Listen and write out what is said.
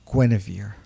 Guinevere